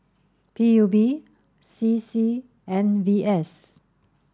P U B C C and V S